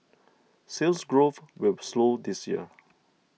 Sales Growth will slow this year